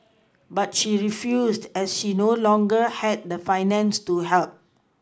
but she refused as she no longer had the finances to help